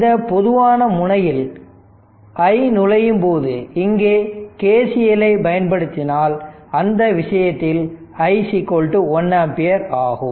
இந்த பொதுவான முனையில் i நுழையும் போது இங்கே KCL ஐப் பயன்படுத்தினால் அந்த விஷயத்தில் i 1 ஆம்பியர் ஆகும்